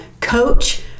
coach